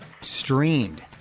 streamed